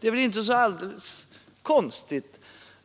Det är väl inte så alldeles konstigt